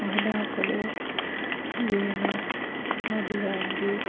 মহিলাসকলেও বিভিন্ন ডিজাইন দি